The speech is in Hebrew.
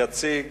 יציג